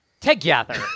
Together